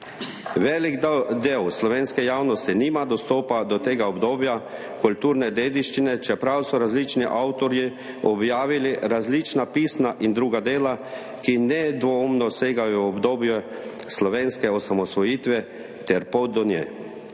Velik del slovenske javnosti nima dostopa do tega obdobja kulturne dediščine, čeprav so različni avtorji objavili različna pisna in druga dela, ki nedvoumno segajo v obdobje slovenske osamosvojitve ter pot do nje.